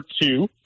two